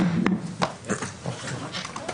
הישיבה ננעלה בשעה 12:13.